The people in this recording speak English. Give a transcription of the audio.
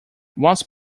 once